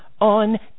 on